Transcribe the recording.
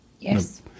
Yes